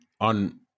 on